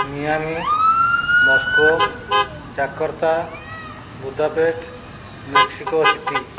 Miami Moscow Jakarta Budapest Mexico city